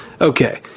Okay